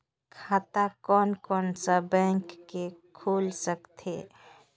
खाता कोन कोन सा बैंक के खुल सकथे?